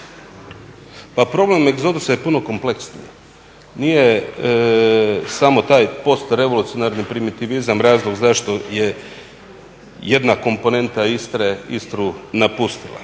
Pa problem egzodusa je puno kompleksniji. Nije samo taj post revolucionarni primitivizam razlog zašto je jedna komponenta Istre Istru napustila,